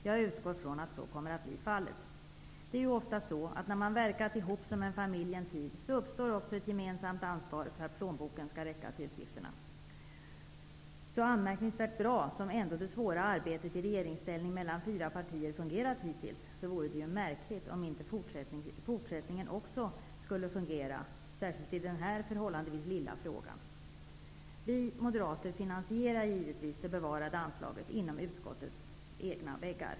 Jag utgår från att så kommer att bli fallet. Det är ju ofta så att när man verkat ihop som en familj en tid så uppstår också ett gemensamt ansvar för att plånboken skall räcka till utgifterna. Så anmärkningsvärt bra som det ändå svåra samarbetet i regeringsställning mellan fyra partier fungerat hittills vore det märkligt om inte också fortsättningen skulle fungera, särskilt i denna förhållandevis lilla fråga. Vi moderater finansierar givetvis det bevarade anslaget inom utskottets egna väggar.